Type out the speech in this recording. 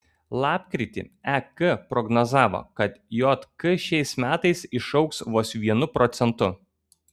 lapkritį ek prognozavo kad jk šiais metais išaugs vos vienu procentu